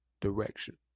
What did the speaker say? direction